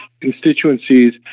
constituencies